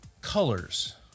colors